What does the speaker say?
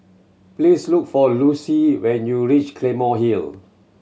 please look for Lossie when you reach Claymore Hill